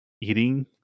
eating